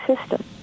system